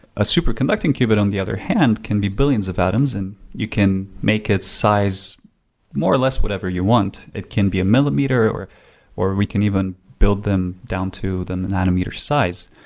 a super conducting qubit on the other hand can be billions of atoms and you can make its size more or less whatever you want. it can be a millimeter or or we can even build them down to the nanometer size.